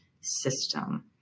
system